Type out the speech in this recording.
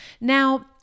Now